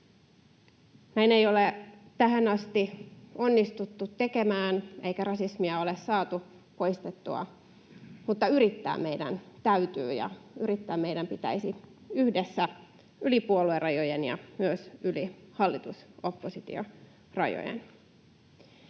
Näin ei ole tähän asti onnistuttu tekemään eikä rasismia ole saatu poistettua, mutta yrittää meidän täytyy, ja yrittää meidän pitäisi yhdessä yli puoluerajojen ja myös yli hallitus—oppositio-rajojen.